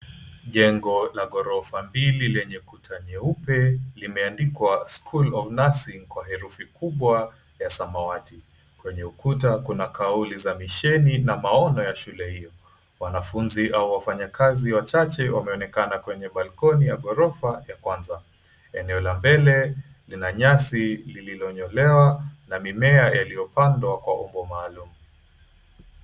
Jengo la ghorofa mbili lenye kuta nyeupe limeandikwa school of nursing kwa herufi kubwa ya samawati kwenye ukuta kuna kauli za missioni na maono ya shule hiyo, wanafunzi au wafanyakazi wachache wameonekana kwenye balkoni ya ghorofa wa kwanza eneo la mbele lina nyasi lililonyolewa na mimea yaliyopandwa kwa umbo maalum.